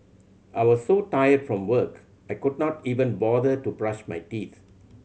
I was so tired from work I could not even bother to brush my teeth